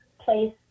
place